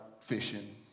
fishing